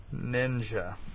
Ninja